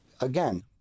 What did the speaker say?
again